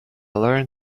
learned